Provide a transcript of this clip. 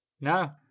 No